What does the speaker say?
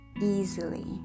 easily